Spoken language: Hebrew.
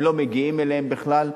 הם לא מגיעים אליהם בכלל,